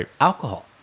alcohol